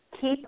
keep